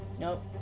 Nope